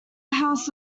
house